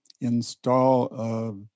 install